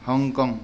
Hong Kong